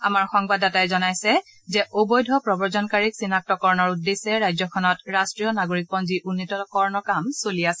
আমাৰ সংবাদদাতাই জনাইছে যে অবৈধ প্ৰব্ৰজনকাৰীক চিনাক্ত কৰাৰ উদ্দেশ্যে ৰাজ্যখনত ৰাষ্ট্ৰীয় নাগৰিকপঞ্জী উন্নীতকৰণৰ কাম চলি আছে